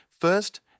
First